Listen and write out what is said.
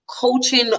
coaching